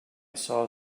saw